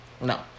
No